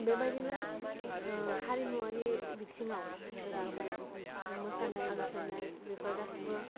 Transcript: बेबादिनो हारिमुवारि बिथिंआव जेरैहाय मोसानाय बेफोर गासिबो